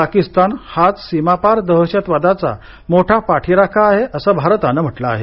पाकिस्तान हाच सीमापार दहशतवादाचा मोठा पाठीराखा आहे असं भारतानं म्हटलं आहे